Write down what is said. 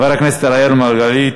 חבר הכנסת אראל מרגלית,